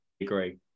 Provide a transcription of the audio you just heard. Agree